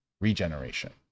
regeneration